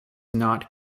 not